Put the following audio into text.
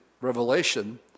Revelation